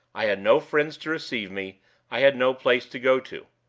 i had no friends to receive me i had no place to go to.